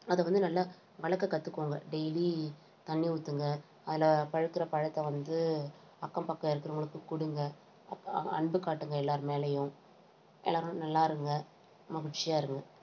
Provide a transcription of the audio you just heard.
அதை வந்து நல்லா வளர்க்க கற்றுக்கோங்க டெய்லி தண்ணி ஊற்றுங்க அதில் பழுக்கிற பழத்தை வந்து அக்கம் பக்கம் இருக்கிறவங்களுக்கு கொடுங்க அன்பு காட்டுங்க எல்லாேர் மேலேயும் எல்லாேரும் நல்லாயிருங்க மகிழ்ச்சியாக இருங்க